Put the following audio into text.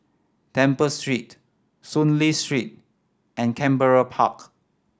Temple Street Soon Lee Street and Canberra Park